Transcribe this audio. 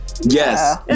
Yes